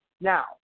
Now